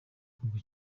akundwa